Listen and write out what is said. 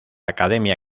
academia